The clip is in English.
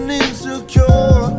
insecure